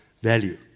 value